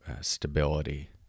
stability